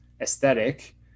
aesthetic